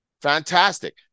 fantastic